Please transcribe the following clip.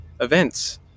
events